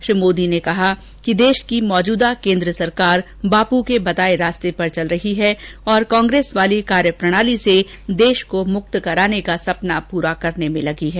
श्री मोदी ने कहा कि देश की मौजूदा केन्द्र सरकार बापू के बताए रास्ते पर चल रही है और कांग्रेस वाली कार्यप्रणाली से देश को मुक्त कराने का सपना पुरा करने में लगी है